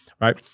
Right